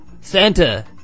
Santa